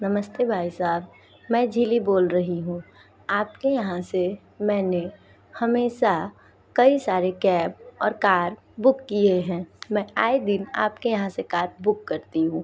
नमस्ते भाई साहब मैं झीली बोल रही हूँ आपके यहाँ से मैंने हमेशा कई सारे कैब और कार बुक किए हैं मैं आए दिन आपके यहाँ से कार बुक करती हूँ